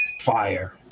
Fire